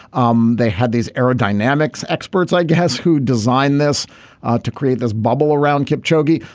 um they had these aerodynamics experts like you has who designed this to create this bubble around kip shoji.